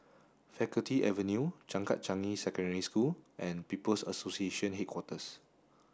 Faculty Avenue Changkat Changi Secondary School and People's Association Headquarters